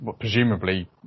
Presumably